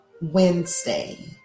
Wednesday